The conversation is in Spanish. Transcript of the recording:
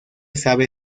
sabe